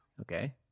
Okay